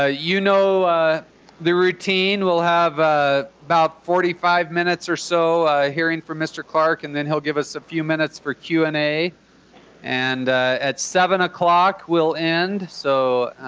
ah you know the routine. we'll have ah about forty five minutes or so hearing from mr. clark and then he'll give us a few minutes for q and a and at seven o'clock, we'll end. so,